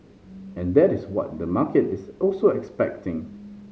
and that is what the market is also expecting